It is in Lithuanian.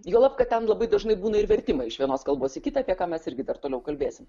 juolab kad ten labai dažnai būna ir vertimai iš vienos kalbos į kitą apie ką mes irgi dar toliau kalbėsim